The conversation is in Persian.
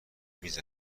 میز